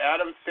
Adam